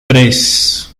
tres